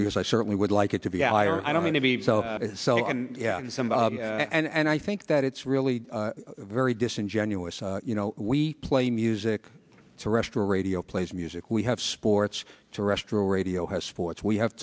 because i certainly would like it to be higher and i don't mean to be so and i think that it's really very disingenuous you know we play music terrestrial radio plays music we have sports terrestrial radio has sports we have